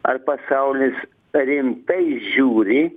ar pasaulis rimtai žiūri